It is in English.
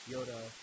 Yoda